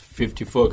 54